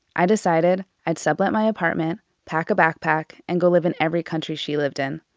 i decided i'd sublet my apartment, pack a backpack, and go live in every country she lived in.